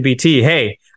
hey